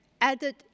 added